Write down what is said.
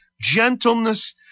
gentleness